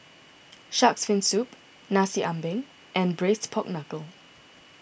Shark's Fin Soup Nasi Ambeng and Braised Pork Knuckle